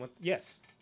Yes